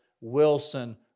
Wilson